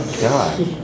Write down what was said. God